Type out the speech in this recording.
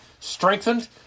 Strengthened